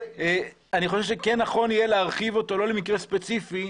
אני חושב שכן נכון יהיה להרחיב אותו לא למקרה ספציפי,